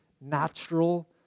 natural